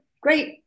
great